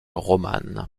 romane